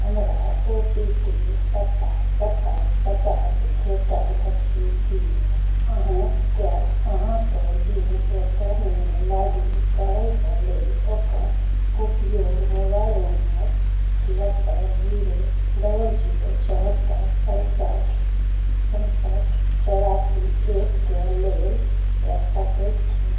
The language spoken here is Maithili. हमरा ओ टी पी सत्ताइस सत्ताइस पचास भेटल अछि की अहाँके अहाँ को विन पोर्टलमे लॉग इन करयके लेल ओकर उपयोग मोबाइल नम्बर छिहत्तर जीरो डबल जीरो चौहत्तर पैंसठ पैंसठ चौरासी एकके लेल कऽ सकैत छी